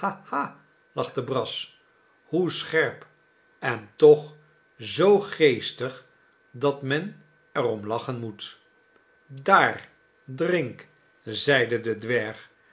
lachte brass hoe scherp en toch zoo geestig dat men er om lachen moet daar drink zeide de dwerg